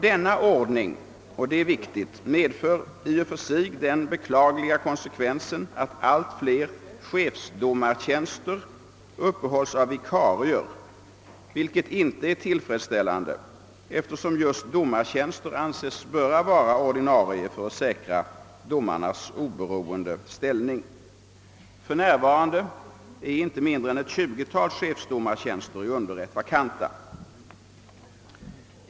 Denna ordning medför i och för sig — och det är viktigt — den beklagliga konsekvensen att allt fler chefsdomartjänster uppehålls av vikarier. Detta är inte tillfredsställande, eftersom just domartjänster anses böra vara ordinarie för att säkra domarnas oberoende ställning. För närvarande är inte mindre än en tjugotal chefsdomartjänster i underrätt vakanta.